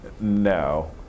no